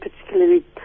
particularly